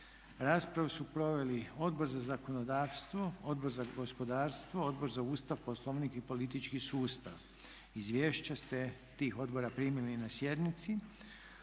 Raspravu su proveli Odbor za zakonodavstvo, Odbor za gospodarstvo, Odbor za Ustav, Poslovnik i politički sustav. Izvješća ste tih odbora primili na sjednici.